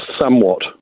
Somewhat